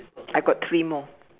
I got three more